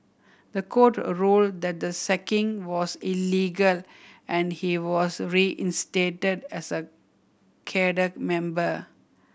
the court a ruled that the sacking was illegal and he was reinstated as a member